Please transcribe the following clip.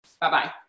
Bye-bye